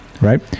right